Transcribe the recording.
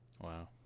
Wow